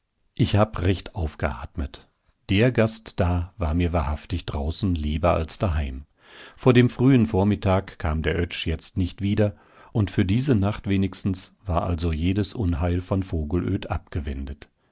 ich hab recht aufgeatmet der gast da war mir wahrhaftig draußen lieber als daheim vor dem frühen vormittag kam der oetsch jetzt nicht wieder und für diese nacht wenigstens war also jedes unheil von vogelöd abgewendet